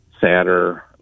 sadder